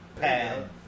Pad